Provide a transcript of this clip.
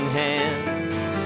hands